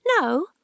No